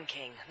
King